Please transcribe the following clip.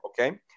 Okay